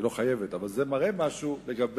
אבל זה מראה משהו על,